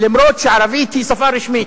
למרות שערבית היא שפה רשמית.